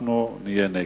אנחנו נהיה נגד.